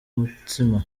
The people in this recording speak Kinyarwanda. mutsima